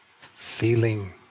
Feeling